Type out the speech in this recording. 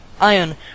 iron